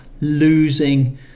losing